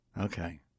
Okay